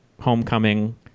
homecoming